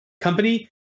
company